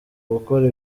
gukora